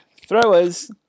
Throwers